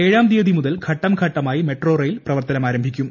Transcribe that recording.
ഏഴാം തീയതി മുതൽ ഘട്ടംഘട്ടമായി മെട്രോ റെയിൽ പ്രവർത്തനമാരംഭിക്കും